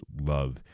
love